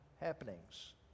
happenings